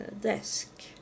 desk